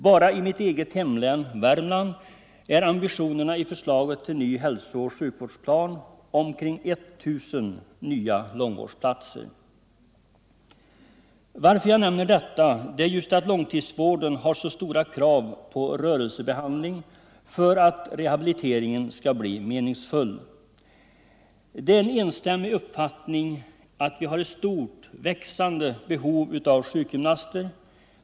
Bara i mitt hemlän Värmland är ambitionerna i förslaget till ny hälsooch sjukvårdsplan omkring 1 000 nya långvårdsplatser. Jag nämner detta därför att just långtidsvården har så stora krav på rörelsebehandling för att rehabiliteringen skall bli meningsfull. Det är en enstämmig uppfattning att vi har ett stort växande behov av sjukgymnaster.